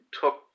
took